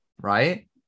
right